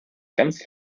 ganz